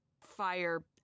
fire